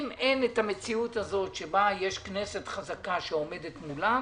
אם אין את המציאות הזאת שבה יש כנסת חזקה שעומדת מולם,